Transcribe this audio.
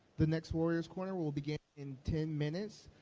the next warrior's corner will begin in ten minutes.